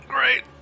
Great